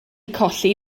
colli